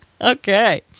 Okay